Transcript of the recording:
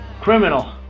criminal